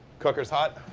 cooker's hot,